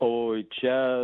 oi čia